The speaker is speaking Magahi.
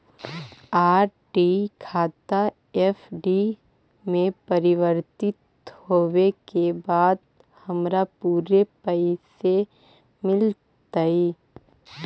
आर.डी खाता एफ.डी में परिवर्तित होवे के बाद क्या हमारा पूरे पैसे मिलतई